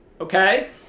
Okay